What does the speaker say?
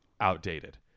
outdated